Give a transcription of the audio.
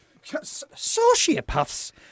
Sociopaths